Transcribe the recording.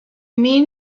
mean